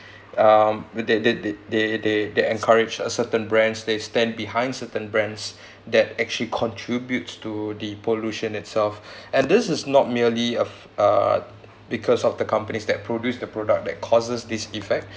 um uh they they they they they they encourage a certain brands they stand behind certain brands that actually contributes to the pollution itself and this is not merely of uh because of the companies that produce the product that causes this effect